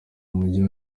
mujyi